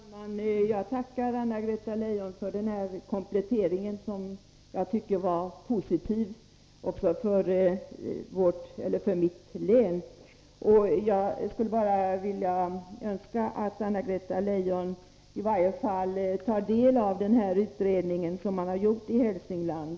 Herr talman! Jag tackar Anna-Greta Leijon för den här kompletteringen, som var positiv också för mitt län. Jag skulle önska att Anna-Greta Leijon tar del av den utredning som har gjorts i Hälsingland.